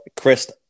Chris